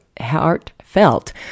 Heartfelt